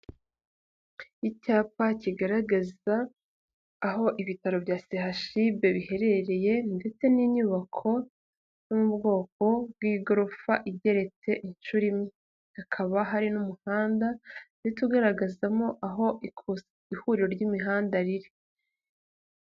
Icyapa kigaragaza aho ibitaro bya CHUB biherereye ndetse n'inyubako zo mu bwoko bw'igorofa igeretse inshuro imwe, hakaba hari n'umuhanda ndetse ugaragazamo aho ihuriro ry'imihanda riri.